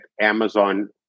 Amazon